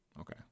Okay